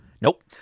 Nope